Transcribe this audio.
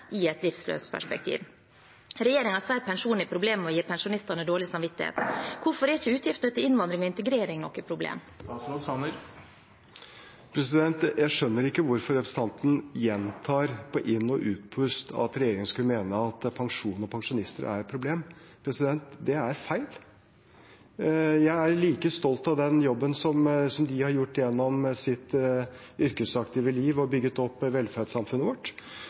i et litt større perspektiv. Regjeringen sier at pensjon er problemet, og gir pensjonistene dårlig samvittighet. Hvorfor er ikke utgifter til innvandring og integrering også et problem? Jeg skjønner ikke hvorfor representanten gjentar på inn- og utpust at regjeringen skulle mene at pensjon og pensjonister er et problem. Det er feil. Jeg er like stolt av den jobben de har gjort gjennom sitt yrkesaktive liv og bygget opp velferdssamfunnet vårt.